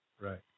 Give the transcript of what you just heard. Right